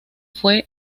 fue